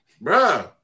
Bro